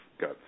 got